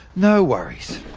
no worries.